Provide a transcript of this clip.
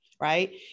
right